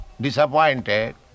disappointed